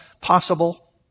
possible